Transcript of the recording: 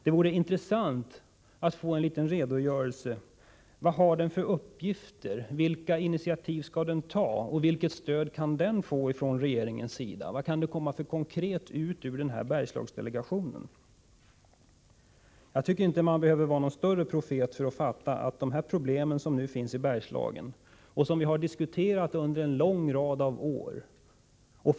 Det vore intressant att få en liten redogörelse för vad Bergslagsdelegationen har för uppgifter. Vilka initiativ skall den ta? Vilket stöd kan den få från regeringens sida? Vilka konkreta förslag kan komma från Bergslagsdelegationen? Man behöver inte vara någon större profet för att fatta att de problem som finns i Bergslagen och som vi har diskuterat under en lång rad av år kommer att bestå. Den saken är klar.